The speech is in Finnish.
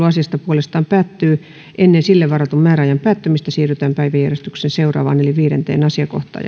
asiasta puolestaan päättyy ennen sille varatun määräajan päättymistä siirrytään päiväjärjestykseen seuraavaan eli viidenteen asiakohtaan